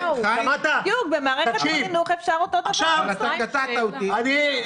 אתה קטעת אותי.